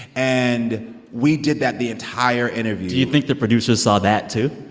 and we did that the entire interview do you think the producers saw that, too?